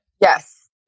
Yes